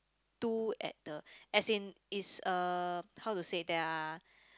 two at the as in is uh how to say there are